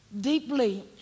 deeply